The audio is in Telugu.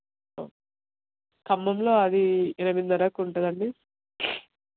ఖమ్మంలో అవి ఎనిమిదిన్నరకి ఉంటుందండి